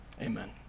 Amen